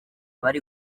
bari